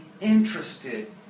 interested